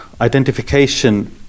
identification